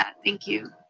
thank you.